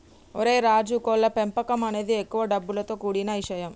ఓరై రాజు కోళ్ల పెంపకం అనేది ఎక్కువ డబ్బులతో కూడిన ఇషయం